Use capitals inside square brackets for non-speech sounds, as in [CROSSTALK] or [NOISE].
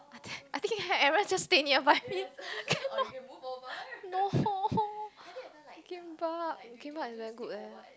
I think I think Aaron just stay nearby me [LAUGHS] no kimbab kimbab is very good eh